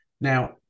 Now